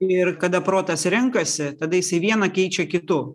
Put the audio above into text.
ir kada protas renkasi tada jisai vieną keičia kitu